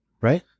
right